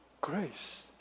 Grace